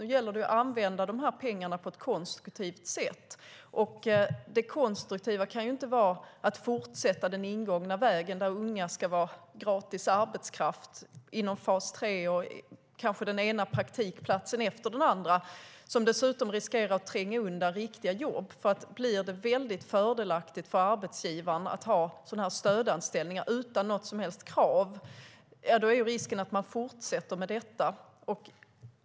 Nu gäller det att använda pengarna på ett konstruktivt sätt. Det konstruktiva kan inte vara att fortsätta på den inslagna vägen, där unga ska vara gratis arbetskraft inom fas 3 och kanske ha den ena praktikplatsen efter den andra. De riskerar dessutom att tränga undan riktiga jobb. Om det blir väldigt fördelaktigt för arbetsgivaren att ha stödanställningar utan något som helst krav är risken att de fortsätter med det.